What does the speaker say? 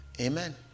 Amen